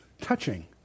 touching